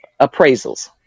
appraisals